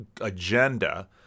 agenda